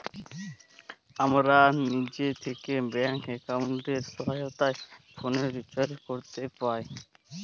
আমরা লিজে থ্যাকে ব্যাংক এক্কাউন্টের সহায়তায় ফোলের রিচাজ ক্যরতে পাই